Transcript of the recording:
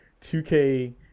2K